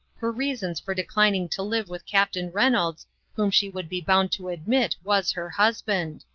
her reasons for declining to live with captain reynolds whom she would be bound to admit was her husband.